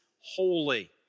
holy